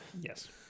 Yes